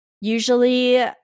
Usually